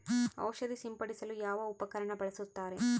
ಔಷಧಿ ಸಿಂಪಡಿಸಲು ಯಾವ ಉಪಕರಣ ಬಳಸುತ್ತಾರೆ?